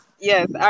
yes